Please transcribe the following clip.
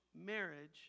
marriage